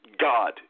God